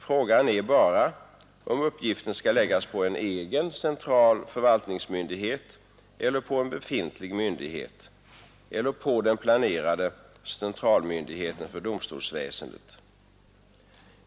Frågan är bara om uppgiften skall läggas på en egen central förvaltningsmyndighet eller på en befintlig myndighet eller på den planerade centralmyndigheten för domstolsväsendet.